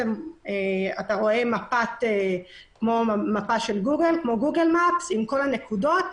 אתה רואה כמו מפה של גוגל עם כל הנקודות,